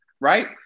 right